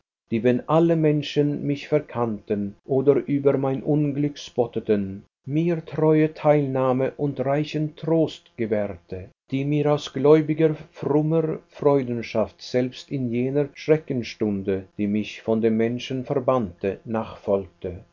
die wenn alle menschen mich verkannten oder über mein unglück spotteten mir treue teilnahme und reichen trost gewährte die mir aus gläubiger frommer freundschaft selbst in jene schreckensstunde die mich von den menschen verbannte nachfolgte